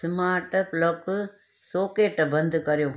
smart plug socket बंदि करियो